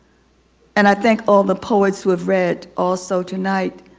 and i think all the poets who have read, also, tonight.